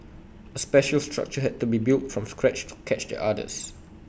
A special structure had to be built from scratch to catch the otters